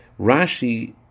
Rashi